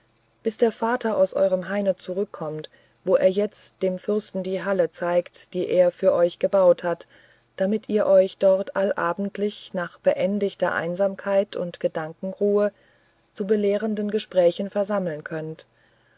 bis der vater aus eurem haine zurückkommt wo er jetzt dem fürsten die halle zeigt die er für euch gebaut hat damit ihr euch dort allabendlich nach beendigter einsamkeit und gedenkenruhe zu belehrenden gesprächen versammeln könnt